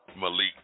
Malik